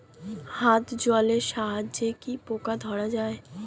হাত জলের সাহায্যে কি পোকা ধরা যায়?